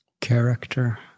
Character